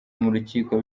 rukiko